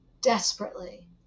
desperately